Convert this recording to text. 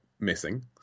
Missing